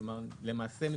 למעשה,